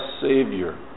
Savior